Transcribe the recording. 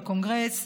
בקונגרס,